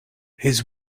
his